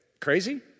Crazy